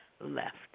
left